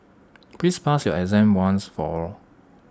please pass your exam once and for all